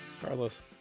Carlos